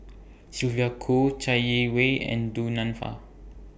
Sylvia Kho Chai Yee Wei and Du Nanfa